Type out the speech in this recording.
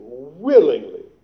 willingly